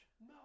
No